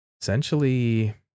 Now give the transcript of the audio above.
essentially